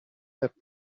that